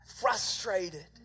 Frustrated